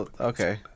Okay